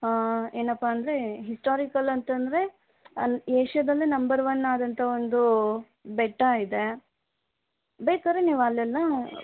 ಏನಪ್ಪಾ ಅಂದರೆ ಹಿಸ್ಟೋರಿಕಲ್ ಅಂತಂದರೆ ಅಲ್ಲಿ ಏಷ್ಯಾದಲ್ಲೇ ನಂಬರ್ ಒನ್ ಆದಂಥ ಒಂದು ಬೆಟ್ಟ ಇದೆ ಬೇಕಾದ್ರೆ ನೀವಲ್ಲೆಲ್ಲ